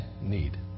need